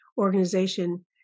organization